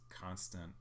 constant